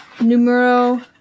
Numero